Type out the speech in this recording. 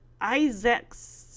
Isaacs